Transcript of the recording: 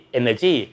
energy